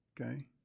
okay